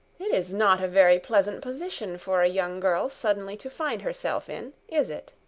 it is not a very pleasant position for a young girl suddenly to find herself in. is it?